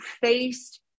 faced